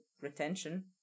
retention